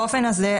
באופן הזה,